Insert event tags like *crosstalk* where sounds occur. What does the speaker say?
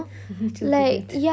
*laughs* நீச்சல் தெரியாது:neechal teriyathu